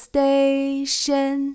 Station